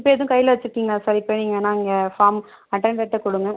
இப்போ எதுவும் கையில வச்சுருக்கீங்ளா சார் இப்போ நீங்கள் நாங்கள் ஃபாம் அட்டெண்டர்கிட்ட கொடுங்க